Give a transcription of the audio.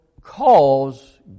cause